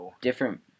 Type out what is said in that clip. different